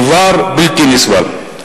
זה דבר בלתי נסבל.